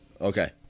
Okay